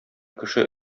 кеше